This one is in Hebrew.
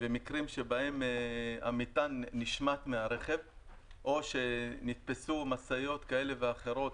ומקרים שבהם המטען נשמט מהרכב או שנתפסו משאיות כאלה ואחרות